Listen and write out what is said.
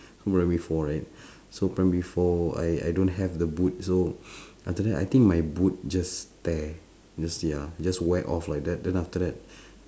so primary four right so primary four I I don't have the boot so after that I think my boot just tear just ya just wear off like that then after that